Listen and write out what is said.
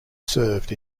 served